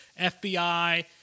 FBI